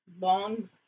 long